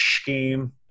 scheme